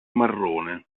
marrone